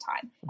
time